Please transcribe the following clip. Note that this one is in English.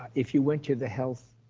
if you went to the health,